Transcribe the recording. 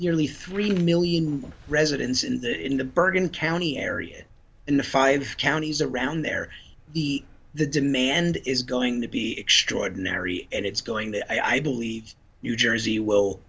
nearly three million residents in the bergen county area in the five counties around there the demand is going to be extraordinary and it's going to i believe you jersey will